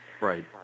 Right